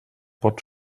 pot